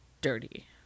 dirty